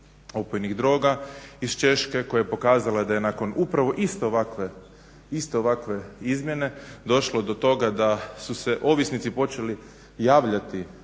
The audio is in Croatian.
opojnih droga, iz Češke koja je pokazala da je nakon upravo iste ovakve izmjene došlo do toga da su se ovisnici počeli javljati